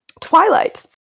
Twilight